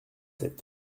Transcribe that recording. sept